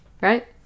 right